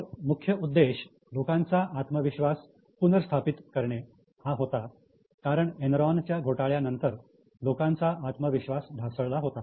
तर मुख्य उद्देश लोकांचा आत्मविश्वास पुनर्स्थापित करणे हा होता कारण एनरॉनच्या घोटाळ्यानंतर लोकांचा आत्मविश्वास ढासळला होता